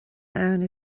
abhainn